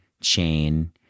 chain